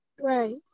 Right